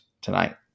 tonight